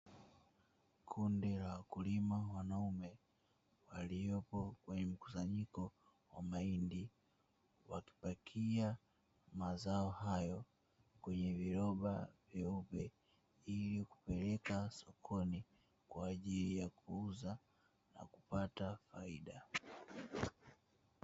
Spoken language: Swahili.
Kundi la wakulima wanaume waliopo kwenye mkusanyiko wa mahindi, wakipakia mazao hayo kwenye viroba vyeupe ili kupeleka sokoni kwa ajili ya kuuza na kupata faida.